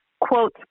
quote